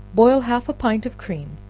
boil half a pint of cream,